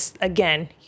again